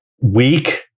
weak